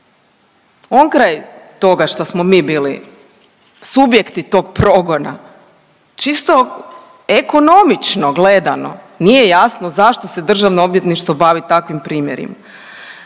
On kraj toga što smo mi bili subjekti tog progona, čisto ekonomično gledano nije jasno zašto se DORH bavi takvim primjerima.